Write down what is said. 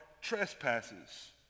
trespasses